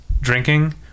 drinking